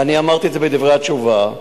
ואני אמרתי את זה בדברי התשובה.